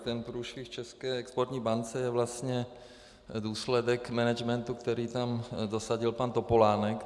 Ten průšvih v České exportní bance je vlastně důsledek managementu, který tam dosadil pan Topolánek.